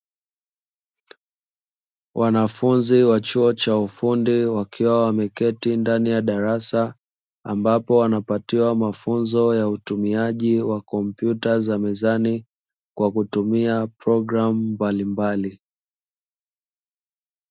Wanafunzi wa chuo cha ufundi wakiwa wameketi ndani ya darasa, ambapo wanapatiwa mafunzo ya utumiaji wa kompyuta za mezani kwakutumia program mbalimbali.